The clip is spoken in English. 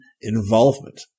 involvement